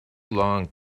long